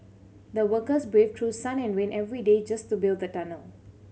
the workers braved through sun and rain every day just to build the tunnel